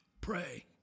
Pray